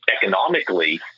economically